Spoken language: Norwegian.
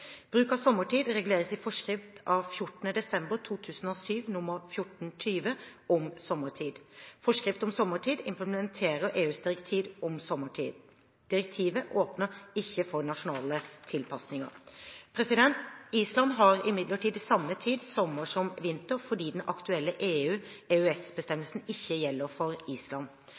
Bruk av sommertid reguleres i forskrift av 14. desember 2007 nr. 1420 om sommertid. Forskrift om sommertid implementerer EUs direktiv om sommertid. Direktivet åpner ikke for nasjonale tilpasninger. Island har imidlertid samme tid sommer som vinter, fordi den aktuelle EU/EØS-bestemmelsen ikke gjelder for Island.